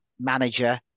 manager